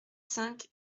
cinq